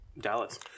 Dallas